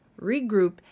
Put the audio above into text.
regroup